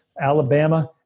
Alabama